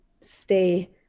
stay